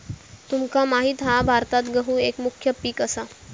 तुमका माहित हा भारतात गहु एक मुख्य पीक असा